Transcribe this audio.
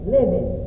Living